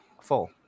full